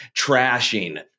trashing